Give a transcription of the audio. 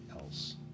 else